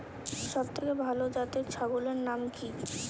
সবথেকে ভালো জাতের ছাগলের নাম কি?